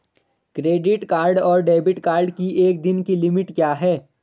Credit card और debit card की एक दिन की लिमिट क्या है?